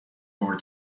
more